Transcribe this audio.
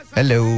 Hello